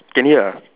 can hear or not